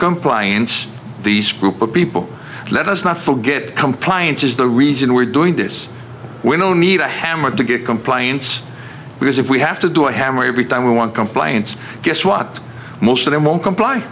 compliance these group of people let us not forget compliance is the reason we're doing this we don't need a hammer to get compliance because if we have to do it hammer every time we want compliance guess what most of them won't comply